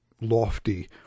lofty